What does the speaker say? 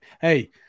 Hey